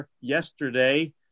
yesterday